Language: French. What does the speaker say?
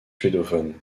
suédophone